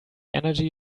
energy